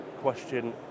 question